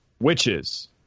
Witches